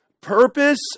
purpose